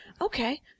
Okay